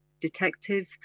detective